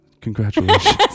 congratulations